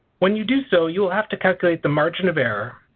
when you do so you will have to calculate the margin of error.